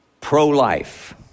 pro-life